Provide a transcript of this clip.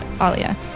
Alia